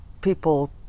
people